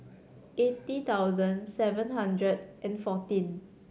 eighty thousand seven hundred and fourteen